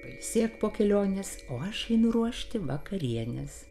pailsėk po kelionės o aš einu ruošti vakarienės